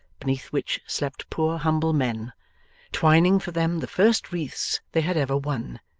beneath which slept poor humble men twining for them the first wreaths they had ever won,